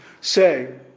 say